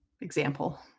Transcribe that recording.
example